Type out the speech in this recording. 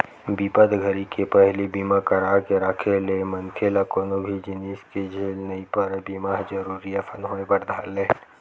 बिपत घरी के पहिली बीमा करा के राखे ले मनखे ल कोनो भी जिनिस के झेल नइ परय बीमा ह जरुरी असन होय बर धर ले